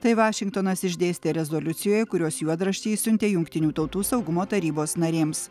tai vašingtonas išdėstė rezoliucijoje kurios juodraštį išsiuntė jungtinių tautų saugumo tarybos narėms